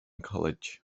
college